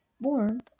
born